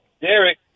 Derek